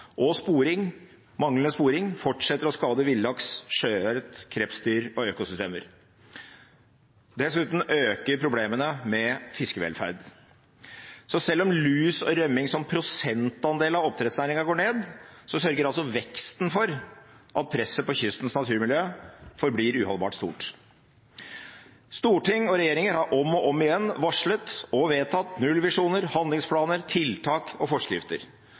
manglende sporing fortsetter å skade villaks, sjøørret, krepsdyr og økosystemer. Dessuten øker problemene med fiskevelferd. Så selv om lus og rømming som prosentandel av oppdrettsnæringen går ned, sørger altså veksten for at presset på kystens naturmiljø forblir uholdbart stort. Storting og regjeringer har om og om igjen varslet, og vedtatt, nullvisjoner, handlingsplaner, tiltak og forskrifter,